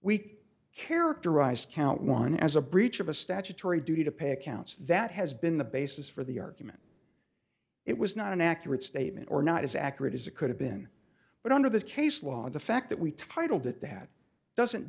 we characterized count one as a breach of a statutory duty to pay accounts that has been the basis for the argument it was not an accurate statement or not as accurate as it could have been but under the case law the fact that we titled it that doesn't